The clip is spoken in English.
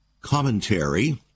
commentary